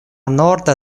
norda